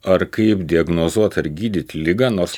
ar kaip diagnozuot ar gydyt ligą nors